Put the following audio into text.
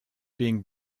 being